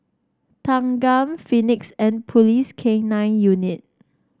Thanggam Phoenix and Police K Nine Unit